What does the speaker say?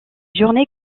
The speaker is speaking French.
journées